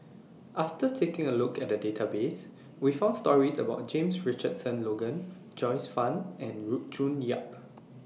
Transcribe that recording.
after taking A Look At The Database We found stories about James Richardson Logan Joyce fan and June Yap